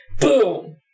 boom